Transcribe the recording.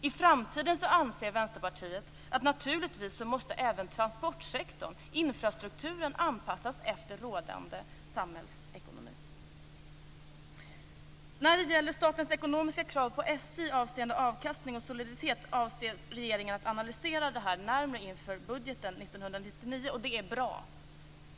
Vänsterpartiet anser att i framtiden måste naturligtvis även transportsektorn och infrastrukturen anpassas efter rådande samhällsekonomi. Regeringen avser att närmare analysera Statens ekonomiska krav på SJ avseende avkastning och soliditet inför budgeten 1999. Det är bra.